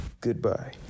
Goodbye